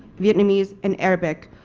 vietnamese, and arabic.